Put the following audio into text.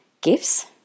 gifts